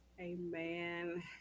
Amen